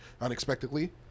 unexpectedly